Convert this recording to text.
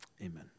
amen